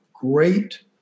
great